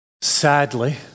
Sadly